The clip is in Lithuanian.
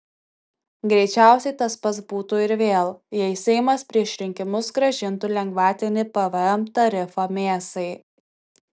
greičiausiai tas pats būtų ir vėl jei seimas prieš rinkimus grąžintų lengvatinį pvm tarifą mėsai